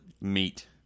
meat